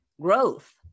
growth